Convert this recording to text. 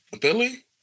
Billy